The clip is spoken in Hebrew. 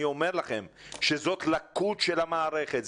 אני אומר לכם שזאת לקות של המערכת.